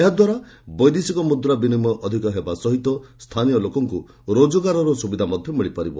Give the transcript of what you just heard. ଏହାଦ୍ୱାରା ବୈଦେଶିକ ମୁଦ୍ରା ବିନିମୟ ଅଧିକ ହେବା ସହ ସ୍ଥାନୀୟ ଲୋକଙ୍କୁ ରୋଜଗାରର ସୁବିଧା ମଧ୍ୟ ମିଳିପାରିବ